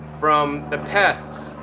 from the pests,